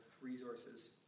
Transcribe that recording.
resources